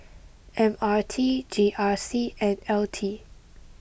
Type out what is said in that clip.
M R T G R C and L T